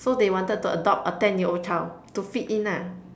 so they wanted to adopt a ten year old child to fit in lah